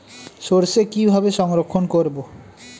সরষে কিভাবে সংরক্ষণ করব?